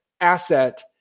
asset